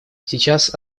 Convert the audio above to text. сейчас